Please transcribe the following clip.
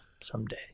Someday